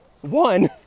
one